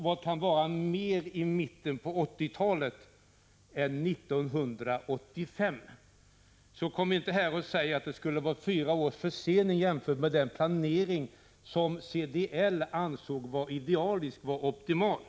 Vad kan vara mer i mitten av 1980-talet än 1985? Så kom inte här och säg att det skulle vara fyra års försening jämfört med den planering som CDL ansåg vara idealisk, optimal!